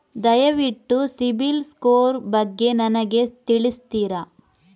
ದಯವಿಟ್ಟು CIBIL score ಬಗ್ಗೆ ನನಗೆ ತಿಳಿಸ್ತಿರಾ?